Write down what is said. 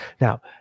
Now